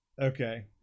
Okay